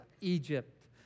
Egypt